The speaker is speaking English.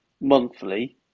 monthly